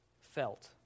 felt